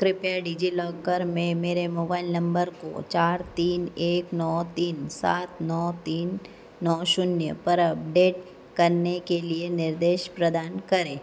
कृपया डिज़िलॉकर में मेरे मोबाइल नम्बर को चार तीन एक नौ तीन सात नौ तीन नौ शून्य पर अपडेट करने के लिए निर्देश प्रदान करें